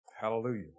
Hallelujah